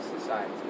society